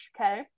okay